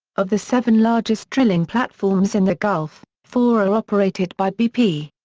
of the seven largest drilling platforms in the gulf, four are operated by bp.